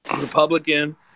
Republican